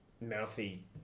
mouthy